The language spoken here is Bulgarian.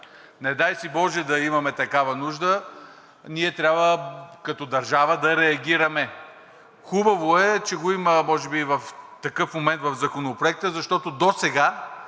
не дай си боже да имаме такава нужда, ние трябва като държава да реагираме. Хубаво е, че има може би такъв момент в Законопроекта, защото досега